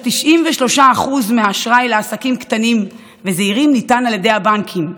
ו-93% מהאשראי לעסקים קטנים וזעירים ניתן על ידי הבנקים.